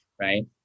right